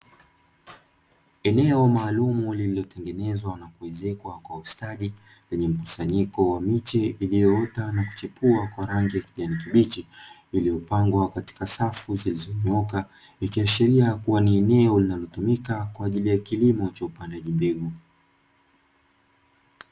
Eneo maalumu lililotengenezwa na kuezekwa kwa ustadi, lenye mkusanyiko wa miche iliyoota na kuchipua kwa rangi ya kijani kibichi, iliyopangwa katika safu zilizonyooka, ikiashiria kuwa ni eneo linalotumika kwa ajili ya kilimo cha upandaji mbegu.